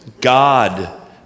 God